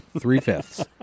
three-fifths